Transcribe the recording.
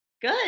Good